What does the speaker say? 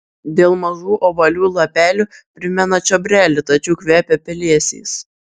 dėl mažų ovalių lapelių primena čiobrelį tačiau kvepia pelėsiais